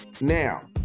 now